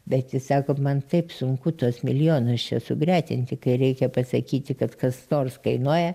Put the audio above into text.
bet jis sako man taip sunku tuos milijonus čia sugretinti kai reikia pasakyti kad kas nors kainuoja